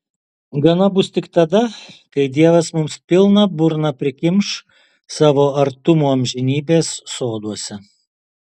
gana bus tik tada kai dievas mums pilną burną prikimš savo artumo amžinybės soduose